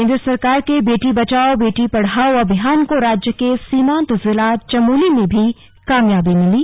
केंद्र सरकार के बेटी बचाओ बेटी पढ़ाओ अभियान को राज्य के सीमांत जिला चमोली में भी कामयाबी मिली